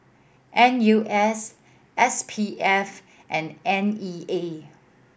N U S S P F and N E A